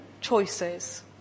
choices